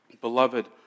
Beloved